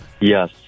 Yes